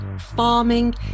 farming